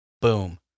Boom